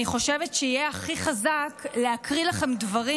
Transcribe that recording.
אני חושבת שיהיה הכי חזק להקריא לכם דברים,